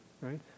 right